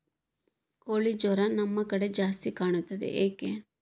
ಕೋಳಿ ಜ್ವರ ನಮ್ಮ ಕಡೆ ಜಾಸ್ತಿ ಕಾಣುತ್ತದೆ ಏಕೆ?